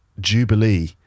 Jubilee